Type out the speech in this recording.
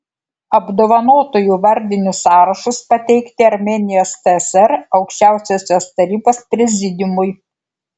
apdovanotųjų vardinius sąrašus pateikti armėnijos tsr aukščiausiosios tarybos prezidiumui